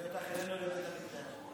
חלוקה של הקורבנות.